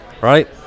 Right